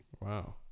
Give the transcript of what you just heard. Wow